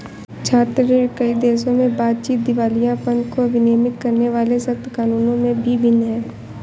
छात्र ऋण, कई देशों में बातचीत, दिवालियापन को विनियमित करने वाले सख्त कानूनों में भी भिन्न है